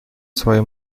свои